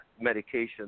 medication